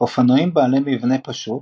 אופנועים בעלי מבנה פשוט,